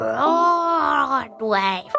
Broadway